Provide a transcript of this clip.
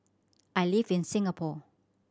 I live in Singapore